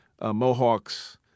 mohawks